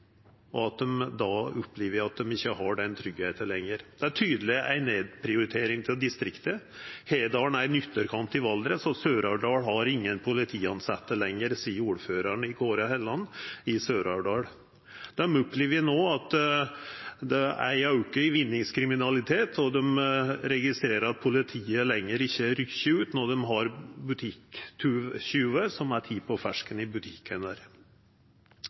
og dei opplever ikkje å ha den same tryggleiken lenger. «Dette er en tydelig nedprioritering av distriktene. Hedalen er en ytterkant i Valdres, og Sør-Aurdal har ingen politiansette lenger», seier ordførar Kåre Helland i Sør-Aurdal. Dei opplever no ein auke i vinningskriminaliteten, og dei registrerer at politiet ikkje lenger rykkjer ut når butikktjuvar vert tekne på fersken. Dette er eit resultat av ei samlokalisering av alle lensmannskontor i